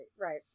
Right